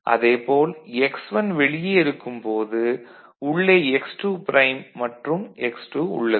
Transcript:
அதே போல் x1 வெளியே இருக்கும் போது உள்ளே x2 ப்ரைம் மற்றும் x2 உள்ளது